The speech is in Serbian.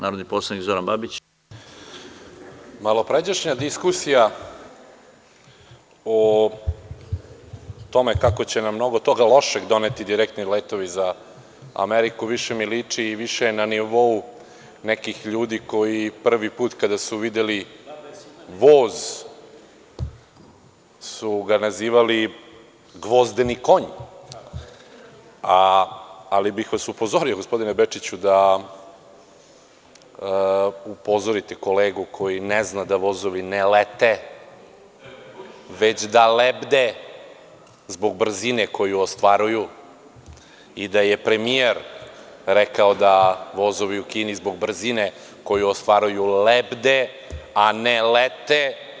Malopređašnja diskusija o tome kako će nam mnogo toga lošeg doneti direktni letovi za Ameriku, više mi liči i više je na nivou nekih ljudi koji prvi put kada su videli voz nazivali su ga gvozdeni konj, ali bih vas upozori, gospodine Bečiću, da upozorite kolegu koji ne zna da vozovi ne lete, već da lebde zbog brzine koju ostvaruju i da je premijer rekao da vozovi u Kini zbog brzine koju ostvaruju lebde, a ne lete.